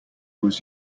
was